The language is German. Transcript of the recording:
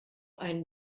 einen